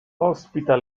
ospita